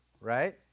right